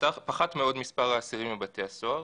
פחת מאוד מספר האסירים בבתי הסוהר